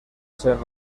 ser